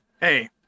hey